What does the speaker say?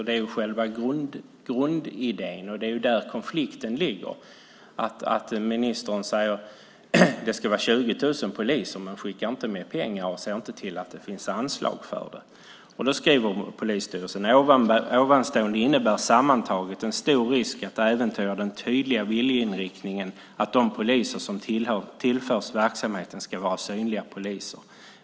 Det är själva grundidén, och det är där konflikten ligger. Ministern säger att det ska vara 20 000 poliser men skickar inte med pengar och ser inte till att det finns anslag för det. Polisstyrelsen skriver: Ovanstående sammantaget innebär en stor risk att äventyra den tydliga viljeinriktningen att de poliser som tillförs verksamheten ska vara synliga poliser.